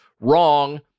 Wrong